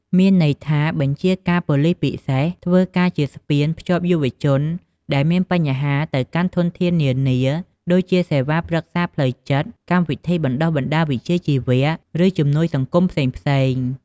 មានន័យថា បញ្ជាការប៉ូលិសពិសេសធ្វើការជាស្ពានភ្ជាប់យុវជនដែលមានបញ្ហាទៅកាន់ធនធាននានា ដូចជាសេវាប្រឹក្សាផ្លូវចិត្ត កម្មវិធីបណ្តុះបណ្តាលវិជ្ជាជីវៈ ឬជំនួយសង្គមផ្សេងៗ។